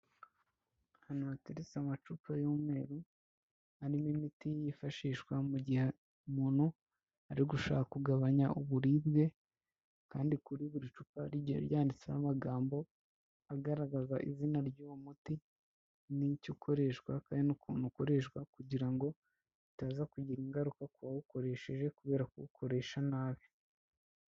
Ahantu hateretse amacupa y'umweru, harimo imiti yifashishwa mu gihe umuntu ari gushaka kugabanya uburibwe kandi kuri buri cupa rigiye ryanditseho amagambo, agaragaza izina ry'uwo muti n'icyo ukoreshwa kandi n'ukuntu ukoreshwa kugira ngo utaza kugira ingaruka ku bawukoresheje kubera kuwukoresha nabi.